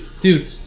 Dude